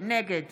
נגד